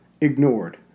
ignored